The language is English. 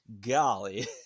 golly